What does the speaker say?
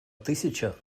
тысяча